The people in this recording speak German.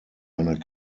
einer